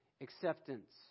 acceptance